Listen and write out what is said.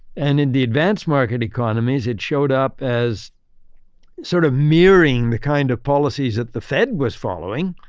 and in the advanced market economies, it showed up as sort of mirroring the kind of policies that the fed was following,